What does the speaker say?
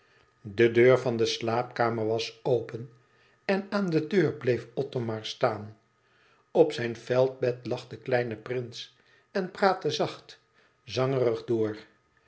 de deur van de slaapkamer was open en aan de deur bleef othomar staan op zijn veldbed lag de kleine prins en praatte zacht zangerig door